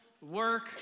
work